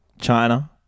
China